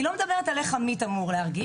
אני לא מדבר על השאלה איך עמית אמור להרגיש,